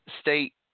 state